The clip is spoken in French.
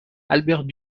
albert